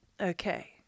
Okay